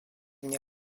мне